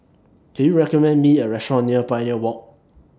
Can YOU recommend Me A Restaurant near Pioneer Walk